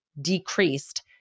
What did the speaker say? decreased